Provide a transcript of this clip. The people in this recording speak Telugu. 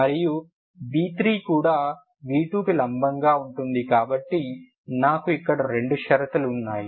మరియు v3 కూడా v2 కి లంబంగా ఉంటుంది కాబట్టి నాకు ఇక్కడ రెండు షరతులు ఉన్నాయి